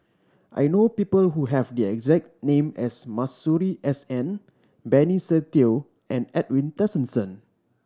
I know people who have the exact name as Masuri S N Benny Se Teo and Edwin Tessensohn